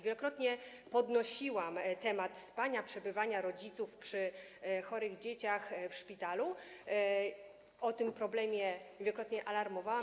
Wielokrotnie podnosiłam temat spania, przebywania rodziców przy chorych dzieciach w szpitalu, o tym problemie wielokrotnie alarmowałam.